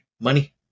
Money